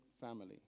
family